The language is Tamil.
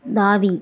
தாவி